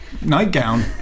Nightgown